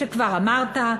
שכבר אמרת: